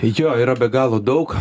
jo yra be galo daug